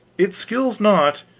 it skills not,